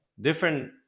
different